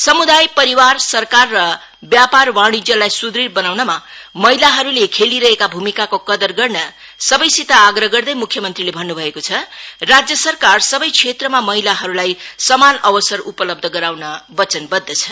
समुदाय परिवार सरकार र व्यापार वाण्जियलाई सुदृढ़ बनाउनमा महिलाहरूले खेलिरहेको भूमिकाको कदर गर्न सबैसित आग्रह गर्दै मुख्य मंत्रीले भन्न् भएको छ राज्य सरकार सबै क्षेत्रमा महिलाहरूलाई समान अवसर उपलब्ध गराउन बचनबद्ध छ